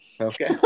Okay